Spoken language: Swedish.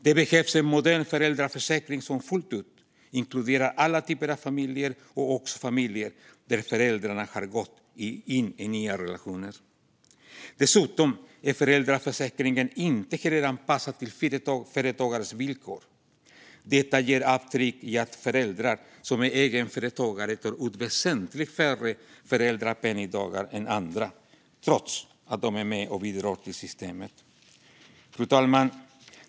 Det behövs en modern föräldraförsäkring som fullt ut inkluderar alla typer av familjer och också familjer där föräldrarna har gått in i nya relationer. Föräldraförsäkringen är inte heller anpassad till företagares villkor. Detta ger avtryck i att föräldrar som är egenföretagare tar ut väsentligt färre föräldrapenningdagar än andra trots att de är med och bidrar till systemet. Fru talman!